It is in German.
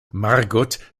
margot